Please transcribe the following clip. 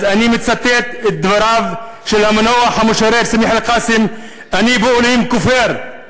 אז אני מצטט את דבריו של המנוח המשורר סמיח אלקאסם: אני באלוהים כופר.